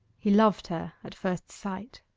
he loved her at first sight.